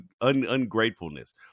ungratefulness